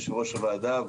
יושב-ראש הוועדה,